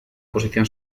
posición